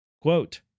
Quote